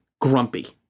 Grumpy